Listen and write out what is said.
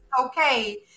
okay